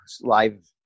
live